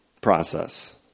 process